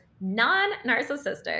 non-narcissistic